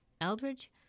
Eldridge